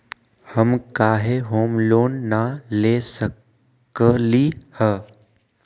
हम काहे home loan न ले सकली ह?